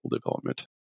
development